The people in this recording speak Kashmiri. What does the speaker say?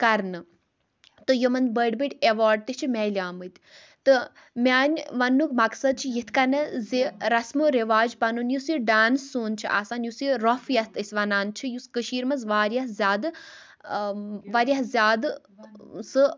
کَرنہٕ تہٕ یِمَن بٔڈۍ بٔڈۍ ایٚوارڈ تہِ چھِ میٚلیمٕتۍ تہٕ میٛانہِ وَننُک مقصَد چھُ یِتھٕ کٔنٮ۪تھ زِ رَسمو رِواج پَنُن یُس یہِ ڈانٕس سون چھُ آسان یُس یہِ روٚف یَتھ أسۍ وَنان چھِ یُس کٔشیٖر مَنٛز واریاہ زیادٕ واریاہ زیادٕ سُہ